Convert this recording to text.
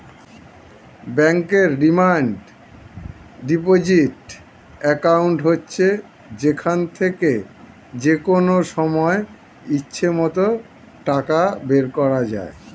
ব্যাংকের demand deposit account হচ্ছে যেখান থেকে যেকনো সময় ইচ্ছে মত টাকা বের করা যায়